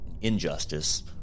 injustice